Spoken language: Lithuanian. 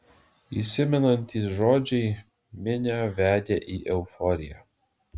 įsimenantys žodžiai minią vedė į euforiją